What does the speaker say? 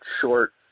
short